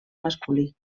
masculí